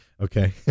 Okay